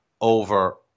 over